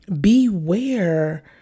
beware